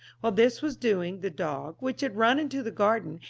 while this was doing, the dog, which had run into the garden,